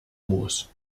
moos